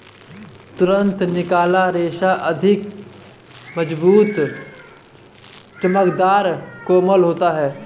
तुरंत निकाला रेशा अधिक मज़बूत, चमकदर, कोमल होता है